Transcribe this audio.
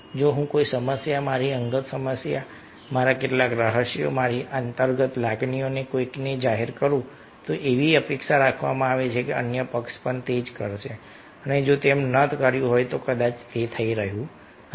જો હું કોઈ સમસ્યા મારી અંગત સમસ્યા મારા કેટલાક રહસ્યો મારી આંતરિક લાગણીઓ કોઈકને જાહેર કરું છું તો એવી અપેક્ષા રાખવામાં આવે છે કે અન્ય પક્ષ પણ તે જ કરશે અને જો તેમ ન કર્યું હોય તો કદાચ તે થઈ રહ્યું નથી